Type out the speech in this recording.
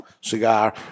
Cigar